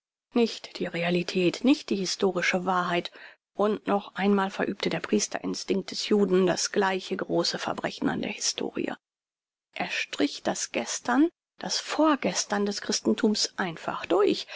nicht die realität nicht die historische wahrheit und noch einmal verübte der priester instinkt des juden das gleiche große verbrechen an der historie er strich das gestern das vorgestern des christentums einfach durch